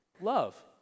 love